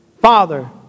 Father